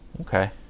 Okay